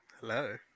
Hello